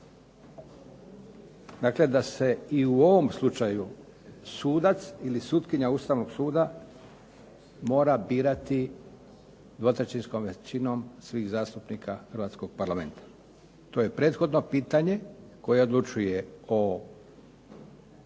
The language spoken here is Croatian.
Dakle, da se i u ovom slučaju sudac ili sutkinja Ustavnog suda mora birati dvotrećinskom većinom hrvatskog Parlamenta. To je prethodno pitanje koje odlučuje